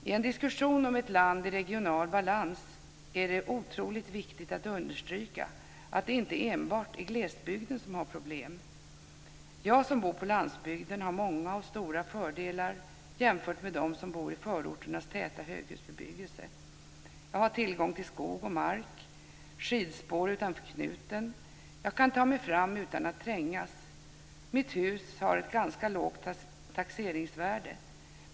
I en diskussion om ett land i regional balans är det otroligt viktigt att understryka att det inte enbart är glesbygden som har problem. Jag som bor på landsbygden har många och stora fördelar jämfört med dem som bor i förorternas täta höghusbebyggelse. Jag har tillgång till skog och mark och skidspår utanför knuten. Jag kan ta mig fram utan att trängas. Mitt hus har ett ganska lågt taxeringsvärde.